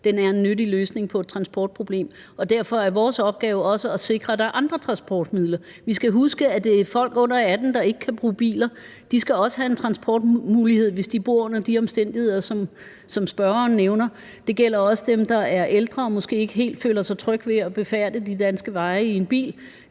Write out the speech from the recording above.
den er en nyttig løsning på et transportproblem. Derfor er vores opgave også at sikre, at der er andre transportmidler. Vi skal huske, at det er folk under 18 år, der ikke kan bruge biler. De skal også have en transportmulighed, hvis de bor under de omstændigheder, som spørgeren nævner. Det gælder også dem, der er ældre og måske ikke føler sig helt trygge ved at befærde de danske veje i en bil.